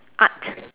art